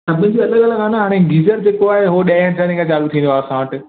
सभिनि जो अलॻि अलॻि आहे न हाणे गीज़र जेको आहे उहो ॾहें हज़ारे खां चालू थींदो आहे असां वटि